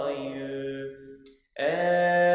you and